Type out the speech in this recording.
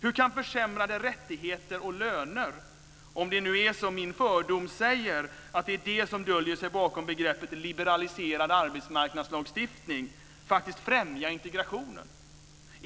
Hur kan försämrade rättigheter och löner - om det nu, som min fördom säger, är detta som döljer sig bakom begreppet "liberaliserad arbetsmarknadslagstiftning" - främja integrationen?